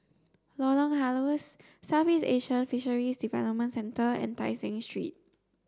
Lorong Halus Southeast Asian Fisheries Development Centre and Tai Seng Street